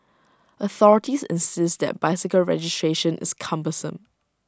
authorities insist that bicycle registration is cumbersome